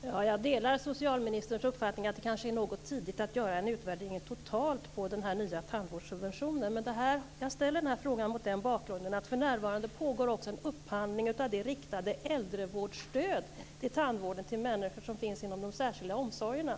Fru talman! Jag delar socialministerns uppfattning att det kanske är något tidigt att göra en utvärdering totalt av den här nya tandvårdssubventionen. Men jag ställer den här frågan mot den bakgrunden att för närvarande pågår också en upphandling av det riktade äldrevårdsstöd till tandvård för de människor som finns inom de särskilda omsorgerna.